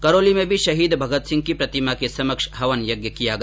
करौली में भी शहीद भगतसिंह की प्रतिमा के समक्ष हवन यज्ञ किया गया